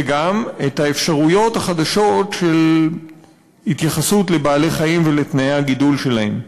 וגם את האפשרויות החדשות של התייחסות לבעלי-חיים ולתנאי הגידול שלהם.